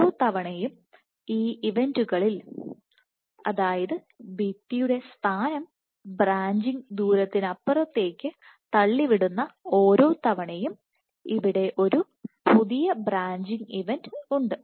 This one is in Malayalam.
ഓരോ തവണയും ഈ ഇവന്റുകളിൽഅതായത് ഭിത്തിയുടെ സ്ഥാനം ബ്രാഞ്ചിംഗ് ദൂരത്തിനപ്പുറത്തേക്ക് തള്ളിവിടുന്ന ഓരോ തവണയും അവിടെ ഒരു പുതിയ ബ്രാഞ്ചിംഗ് ഇവന്റ് ഉണ്ട്